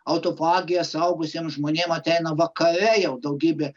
autofagija suaugusiems žmonėms ateina vakare jau daugybė